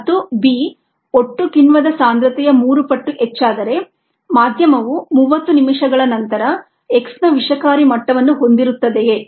ಮತ್ತು b ಒಟ್ಟು ಕಿಣ್ವದ ಸಾಂದ್ರತೆಯು ಮೂರು ಪಟ್ಟು ಹೆಚ್ಚಾದರೆ ಮಾಧ್ಯಮವು 30 ನಿಮಿಷಗಳ ನಂತರ X ನ ವಿಷಕಾರಿ ಮಟ್ಟವನ್ನು ಹೊಂದಿರುತ್ತದೆಯೇ